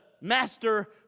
master